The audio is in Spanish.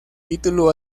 título